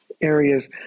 areas